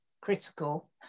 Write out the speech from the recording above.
critical